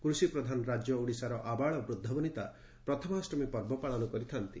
କୃଷି ପ୍ରଧାନ ରାଜ୍ୟ ଓଡ଼ିଶାର ଆବାଳ ବୃଦ୍ଧ ବନିତା ପ୍ରଥମାଷ୍ଟମୀ ପର୍ବ ପାଳନ କରିଥାନ୍ତି